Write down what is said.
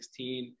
2016